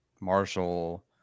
Marshall